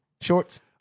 shorts